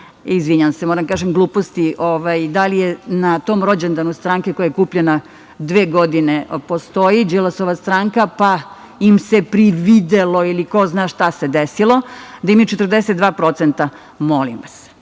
izvinjavam se, moram da kažem gluposti, da li je na tom rođendanu stranke koja je kupljena dve godine, postoji Đilasova, pa im se prividelo ili ko zna šta se desilo, da imaju 42%, molim vas.